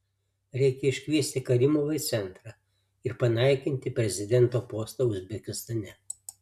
reikia iškviesti karimovą į centrą ir panaikinti prezidento postą uzbekistane